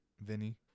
Vinny